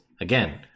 Again